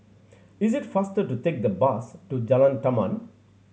is it faster to take the bus to Jalan Taman